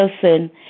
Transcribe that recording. person